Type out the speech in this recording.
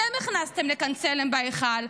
אתם הכנסתם לכאן צלם בהיכל.